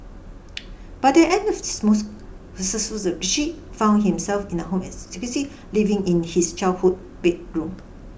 by the end of this most Richie found himself in the home is Tuskegee living in his childhood bedroom